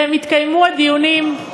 והם יתקיימו, הדיונים,